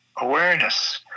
awareness